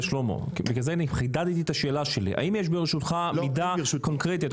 בגלל זה חידדתי את השאלה שלי: האם יש ברשותך מידע קונקרטי?